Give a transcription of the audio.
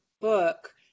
book